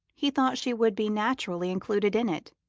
he thought she would be naturally included in it.